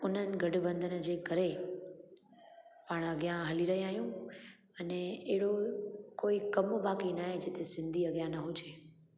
उन्हनि गठबंधन जे करे पाणि अॻियां हली रहिया आहियूं अने अहिड़ो कोई कमु बाक़ी न आहे जिते सिंधी अॻियां न हुजे